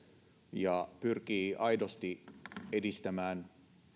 ja pyrkii aidosti edistämään